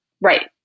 Right